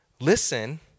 listen